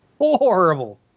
Horrible